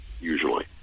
usually